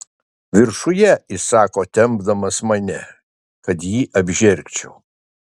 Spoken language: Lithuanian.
viršuje įsako tempdamas mane kad jį apžergčiau